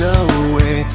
away